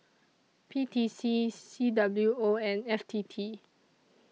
P T C C W O and F T T